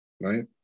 right